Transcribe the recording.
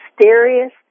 mysterious